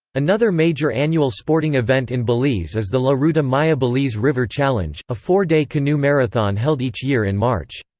another major annual sporting event in belize is the la ruta maya belize river challenge, a four day canoe marathon held each year in march.